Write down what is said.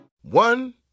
One